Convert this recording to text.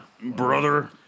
Brother